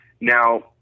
Now